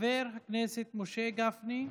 חבר הכנסת משה גפני,